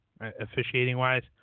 officiating-wise